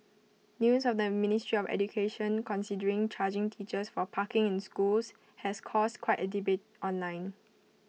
news of the ministry of education considering charging teachers for parking in schools has caused quite A debate online